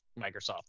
Microsoft